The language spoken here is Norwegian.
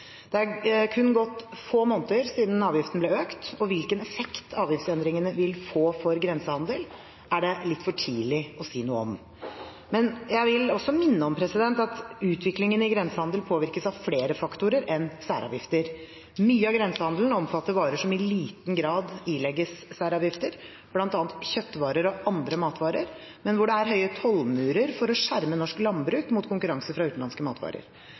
Det er kun gått få måneder siden avgiften ble økt, og hvilken effekt avgiftsendringene vil få for grensehandelen, er det litt for tidlig å si noe om. Jeg vil også minne om at utviklingen i grensehandelen påvirkes av flere faktorer enn særavgifter. Mye av grensehandelen omfatter varer som i liten grad ilegges særavgifter, bl.a. kjøttvarer og andre matvarer, men hvor det er høye tollmurer for å skjerme norsk landbruk mot konkurranse fra utenlandske matvarer. I en undersøkelse fra 2010 fant Statistisk sentralbyrå at kjøp av matvarer